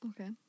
Okay